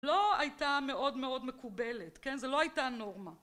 לא הייתה מאוד מאוד מקובלת, כן? זה לא הייתה נורמה.